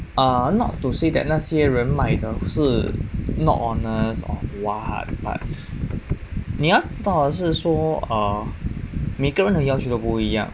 err not to say that 那些人卖的是 not honest or what but 你要知道的是说 err 每个人的要求都不一样